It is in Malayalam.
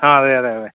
ആ അതെ അതെ അതെ